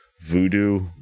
voodoo